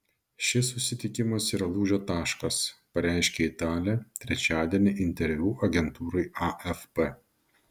šis susitikimas yra lūžio taškas pareiškė italė trečiadienį interviu agentūrai afp